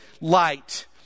light